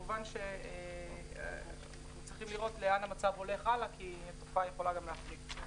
כמובן שצריכים לראות לאן המצב הולך הלאה כי התקופה יכולה גם להחריף.